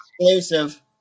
Exclusive